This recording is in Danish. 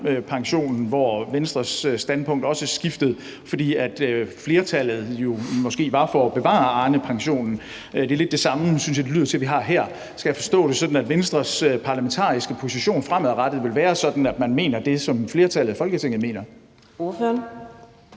hvor Venstres standpunkt også skiftede, fordi flertallet måske var for at bevare Arnepensionen. Det er lidt det samme, synes jeg det lyder til, vi har her. Skal jeg forstå det sådan, at Venstres parlamentariske position fremadrettet vil være sådan, at man mener det, som flertallet i Folketinget mener?